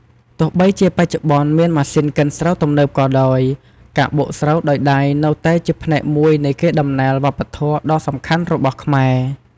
ទោះបីជាបច្ចុប្បន្នមានម៉ាស៊ីនកិនស្រូវទំនើបក៏ដោយ ការបុកស្រូវដោយដៃនៅតែជាផ្នែកមួយនៃកេរដំណែលវប្បធម៌ដ៏សំខាន់របស់ខ្មែរ។